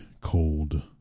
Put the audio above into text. cold